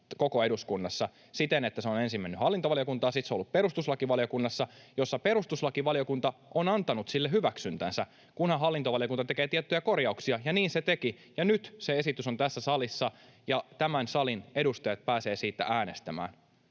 koko eduskunnassa siten, että se on ensin mennyt hallintovaliokuntaan, sitten se on ollut perustuslakivaliokunnassa, jossa perustuslakivaliokunta on antanut sille hyväksyntänsä, kunhan hallintovaliokunta tekee tiettyjä korjauksia, ja niin se teki. Ja nyt se esitys on tässä salissa, ja tämän salin edustajat pääsevät siitä äänestämään.